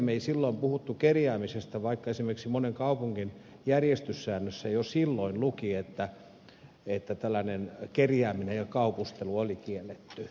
me emme silloin puhuneet kerjäämisestä vaikka esimerkiksi monen kaupungin järjestyssäännöissä jo silloin luki että tällainen kerjääminen ja kaupustelu oli kielletty